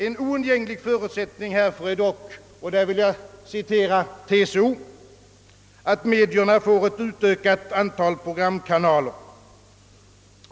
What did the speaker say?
En oundgänglig förutsättning är dock — och därvidlag vill jag citera TCO — att medierna får ett utökat antal programkanaler.